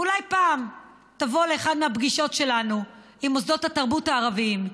אולי פעם תבוא לאחת מהפגישות שלנו עם מוסדות התרבות הערביים,